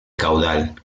caudal